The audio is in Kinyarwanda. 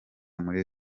muri